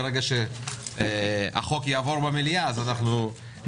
כאשר הצעת החוק תעבור במליאה אנחנו נתעדכן